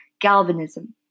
galvanism